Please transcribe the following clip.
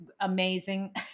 amazing